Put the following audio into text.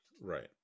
Right